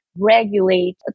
regulate